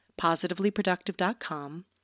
positivelyproductive.com